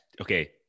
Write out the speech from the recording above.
Okay